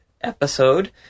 episode